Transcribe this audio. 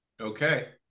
okay